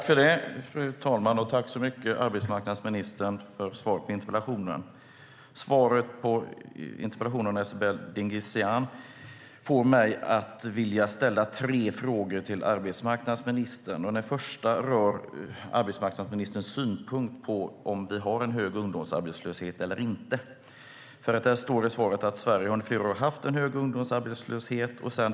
Fru talman! Tack så mycket för svaret på interpellationen, arbetsmarknadsministern! Svaret på interpellationen från Esabelle Dingizian får mig att vilja ställa tre frågor till arbetsmarknadsministern. Den första rör arbetsmarknadsministerns synpunkt på om vi har en hög ungdomsarbetslöshet eller inte. Det står i svaret att Sverige under flera år haft en hög ungdomsarbetslöshet.